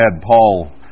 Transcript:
Paul